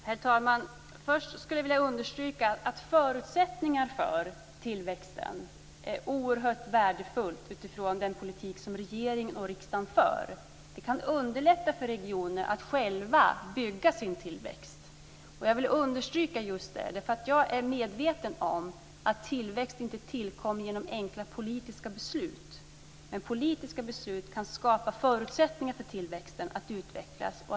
Herr talman! Först vill jag understryka att förutsättningar för tillväxten är oerhört värdefulla utifrån den politik som regeringen och riksdagen för. Vi kan underlätta för regioner att själva bygga sin tillväxt. Jag är medveten om att tillväxt inte tillkommer genom enkla politiska beslut, men politiska beslut kan skapa förutsättningar för tillväxten att utvecklas.